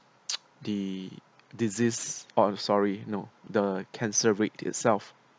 the disease oh sorry no the cancer rate itself